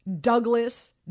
Douglas